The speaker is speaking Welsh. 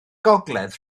gogledd